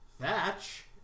Thatch